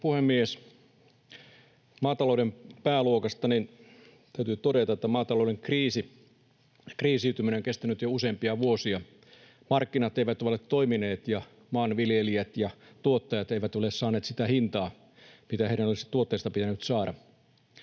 Maatalouden pääluokasta täytyy todeta, että maatalouden kriisiytyminen on kestänyt jo useampia vuosia. Markkinat eivät ole toimineet, ja maanviljelijät ja tuottajat eivät ole saaneet sitä hintaa, mitä heidän olisi tuotteista pitänyt saada.